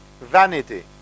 vanity